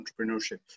entrepreneurship